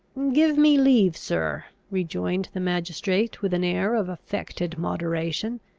give me leave, sir, rejoined the magistrate, with an air of affected moderation,